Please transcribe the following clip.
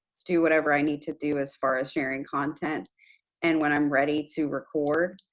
do whatever i need to do as far as sharing content and when i'm ready to record,